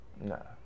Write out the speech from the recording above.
No